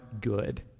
good